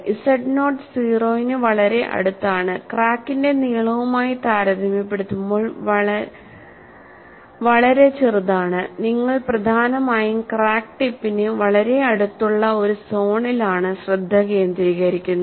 z nought 0 ന് വളരെ അടുത്താണ് ക്രാക്കിന്റെ നീളവുമായി താരതമ്യപ്പെടുത്തുമ്പോൾ വളരെ ചെറുതാണ് നിങ്ങൾ പ്രധാനമായും ക്രാക്ക് ടിപ്പിന് വളരെ അടുത്തുള്ള ഒരു സോണിലാണ് ശ്രദ്ധ കേന്ദ്രീകരിക്കുന്നത്